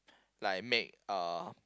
like make uh